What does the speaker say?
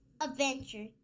adventure